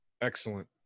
excellent